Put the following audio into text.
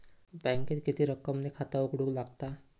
बँकेत किती रक्कम ने खाता उघडूक लागता?